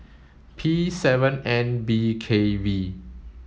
P seven N B K V